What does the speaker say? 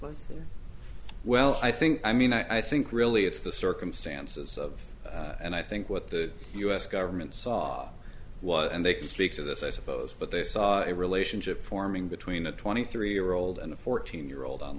was well i think i mean i think really it's the circumstances of and i think what the u s government saw what and they can speak to this i suppose but they saw a relationship forming between a twenty three year old and a fourteen year old on